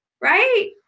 right